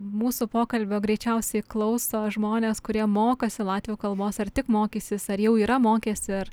mūsų pokalbio greičiausiai klauso žmonės kurie mokosi latvių kalbos ar tik mokysis ar jau yra mokęsi ar